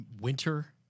winter